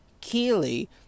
Keely